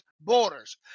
borders